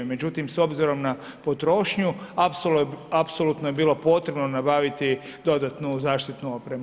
Međutim, s obzirom na potrošnju, apsolutno je bilo potrebno nabaviti dodatnu zaštitnu opremu.